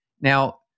Now